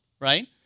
right